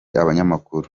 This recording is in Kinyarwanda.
abanyamakuru